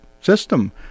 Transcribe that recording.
system